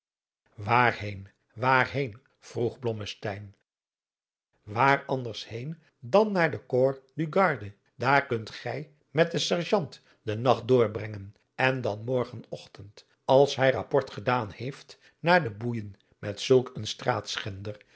waarheen waarheen vroeg blommesteyn waar anders heen dan naar de corps du garde daar kunt gij met den serjant den nacht doorbrengen en dan morgen ochtend als hij rapport gedaan heest naar de boeijen met zulk een